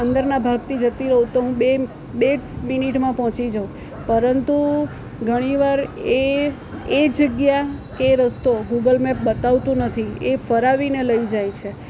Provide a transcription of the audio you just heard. અંદરના ભાગથી જતી હોવ તો બે સ બે જ મિનિટમાં પહોંચી જાઉં પરંતુ ઘણી વાર એ એ જગ્યા કે એ વસ્તુઓ ગુગલ મેપ બતાવતું નથી એ ફરાવીને લઈ જાય છે